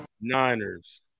Niners